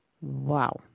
Wow